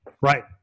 Right